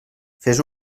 fes